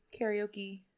karaoke